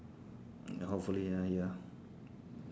hopefully ya ya